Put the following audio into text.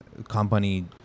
company